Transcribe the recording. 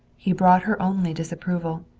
he brought her only disapproval.